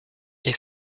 est